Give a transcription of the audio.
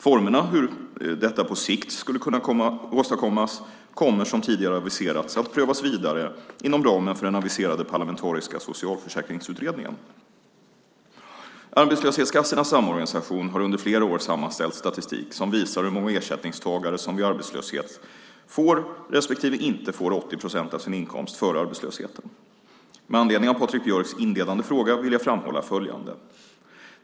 Formerna för hur detta på sikt skulle kunna åstadkommas kommer, som tidigare aviserats, att prövas vidare inom ramen för den aviserade parlamentariska socialförsäkringsutredningen. Arbetslöshetskassornas Samorganisation har under flera år sammanställt statistik som visar hur många ersättningstagare som vid arbetslöshet får respektive inte får 80 procent av sin inkomst före arbetslösheten. Med anledning av Patrik Björcks inledande fråga vill jag framhålla följande.